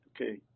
Okay